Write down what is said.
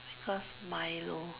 because Milo